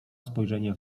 spojrzenie